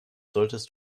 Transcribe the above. solltest